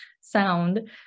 sound